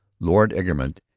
lord egremont,